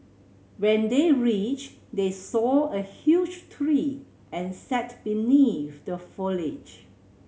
when they reached they saw a huge tree and sat beneath the foliage